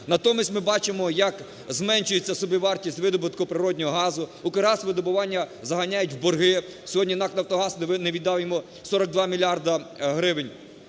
Натомість ми бачимо, як зменшується собівартість видобутку природного газу. "Укргазвидобування" заганяють в борги, сьогодні НАК "Нафтогаз" не віддав йому 42 мільярди гривень.